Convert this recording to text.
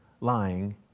lying